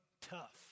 tough